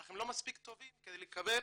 אך הם לא מספיק טובים לקבל